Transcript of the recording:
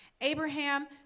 Abraham